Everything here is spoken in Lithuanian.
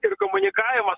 ir komunikavimas